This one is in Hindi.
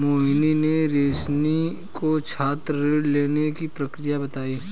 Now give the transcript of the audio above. मोहिनी ने रोशनी को छात्र ऋण लेने की प्रक्रिया बताई